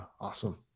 Awesome